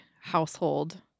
household